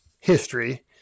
history